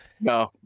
No